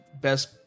best